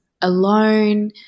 alone